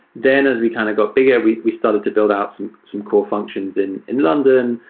then as we kind of got bigger, we we started to build out some some core functions in in london.